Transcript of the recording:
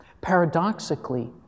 Paradoxically